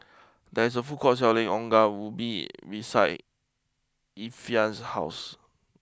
there is a food court selling Ongol Ubi beside Ephriam's house